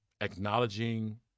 acknowledging